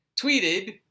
tweeted